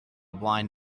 blind